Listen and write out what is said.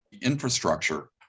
Infrastructure